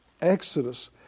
Exodus